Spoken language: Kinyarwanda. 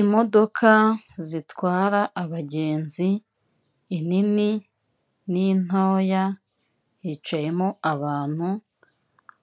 Imodoka zitwara abagenzi inini n'intoya hicayemo abantu,